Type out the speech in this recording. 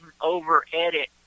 over-edit